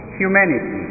humanity